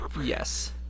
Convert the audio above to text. Yes